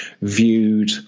viewed